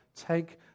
take